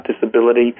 disability